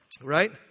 right